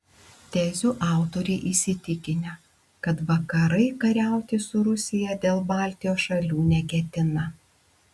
tezių autoriai įsitikinę kad vakarai kariauti su rusija dėl baltijos šalių neketina